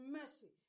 mercy